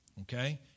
Okay